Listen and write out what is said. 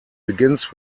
begins